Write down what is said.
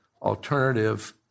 alternative